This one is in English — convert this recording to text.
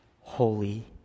holy